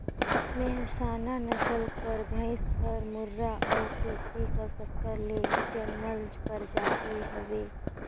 मेहसाना नसल कर भंइस हर मुर्रा अउ सुरती का संकर ले जनमल परजाति हवे